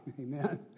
Amen